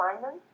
Simon